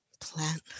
plant